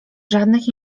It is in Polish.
żadnych